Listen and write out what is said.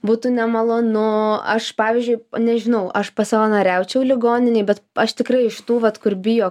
būtų nemalonu aš pavyždžiui nežinau aš pasavanoriaučiau ligoninėj bet aš tikrai iš šitų vat kur bijo kraujo bijo